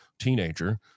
teenager